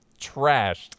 trashed